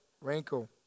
Wrinkle